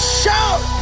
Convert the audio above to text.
shout